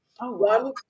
One